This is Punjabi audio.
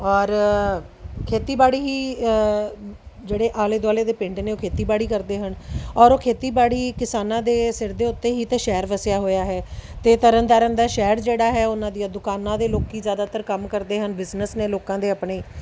ਔਰ ਖੇਤੀਬਾੜੀ ਹੀ ਜਿਹੜੇ ਆਲੇ ਦੁਆਲੇ ਦੇ ਪਿੰਡ ਨੇ ਉਹ ਖੇਤੀਬਾੜੀ ਕਰਦੇ ਹਨ ਔਰ ਉਹ ਖੇਤੀਬਾੜੀ ਕਿਸਾਨਾਂ ਦੇ ਸਿਰ ਦੇ ਉੱਤੇ ਹੀ ਤਾਂ ਸ਼ਹਿਰ ਵਸਿਆ ਹੋਇਆ ਹੈ ਅਤੇ ਤਰਨ ਤਾਰਨ ਦਾ ਸ਼ਹਿਰ ਜਿਹੜਾ ਹੈ ਉਹਨਾਂ ਦੀਆਂ ਦੁਕਾਨਾਂ ਦੇ ਲੋਕ ਜ਼ਿਆਦਾਤਰ ਕੰਮ ਕਰਦੇ ਹਨ ਬਿਜਨਸ ਨੇ ਲੋਕਾਂ ਦੇ ਆਪਣੇ